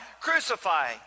crucify